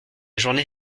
journée